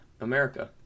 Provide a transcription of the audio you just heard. America